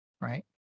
right